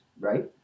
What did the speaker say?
right